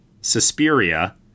Suspiria